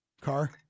Car